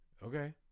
Okay